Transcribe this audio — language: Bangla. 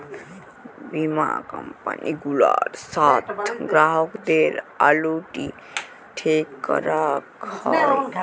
বীমা কম্পালি গুলার সাথ গ্রাহকদের অলুইটি ঠিক ক্যরাক হ্যয়